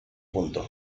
punto